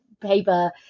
paper